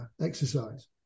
exercise